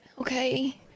Okay